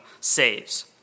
saves